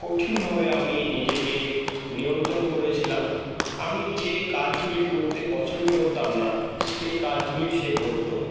কঠিনভাবে আমি নিজেকে নিয়ন্ত্রণ করেছিলাম আমি যে কাজগুলি করতে পছন্দ করতাম না সেই কাজগুলি সে করতো